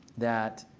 that